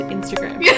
Instagram